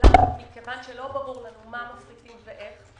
שאלה כי לא ברור לנו מה מחזיקים ואיך.